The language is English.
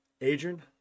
Adrian